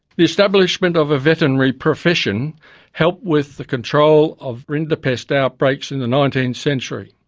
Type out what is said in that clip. the establishment of a veterinary profession helped with the control of rinderpest outbreaks in the nineteenth century.